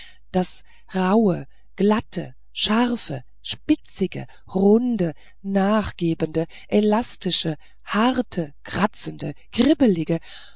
das rauhe glatte scharfe spitzige runde nachgebende elastische harte kratzende